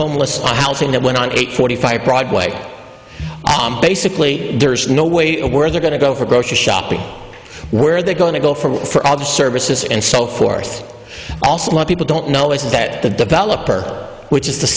homeless on housing that went on eight forty five broadway basically there's no way where they're going to go for grocery shopping where they're going to go for all the services and so forth also people don't know is that the developer which is the